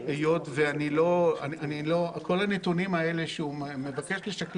היו כמה ניסוחים עד שהגענו לניסוח הזה.